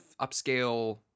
upscale